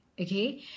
Okay